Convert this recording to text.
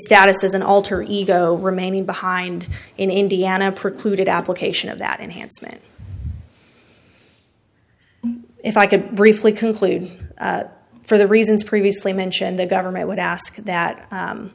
status as an alter ego remaining behind in indiana precluded application of that enhancement if i could briefly conclude for the reasons previously mentioned the government would ask that